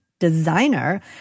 designer